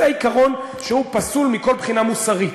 זה עיקרון שהוא פסול מכל בחינה מוסרית.